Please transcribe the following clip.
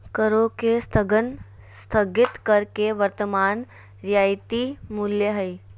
करों के स्थगन स्थगित कर के वर्तमान रियायती मूल्य हइ